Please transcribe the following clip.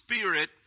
spirit